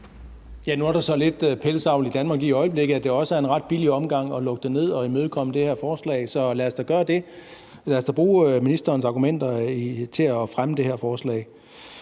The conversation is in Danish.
Nu er der så lidt pelsdyravl i Danmark lige i øjeblikket, at det også er en ret billig omgang at lukke det ned og imødekomme det her forslag. Så lad os da gøre det. Lad os da bruge ministerens argumenter til at fremme det her forslag.